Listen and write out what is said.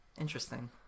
Interesting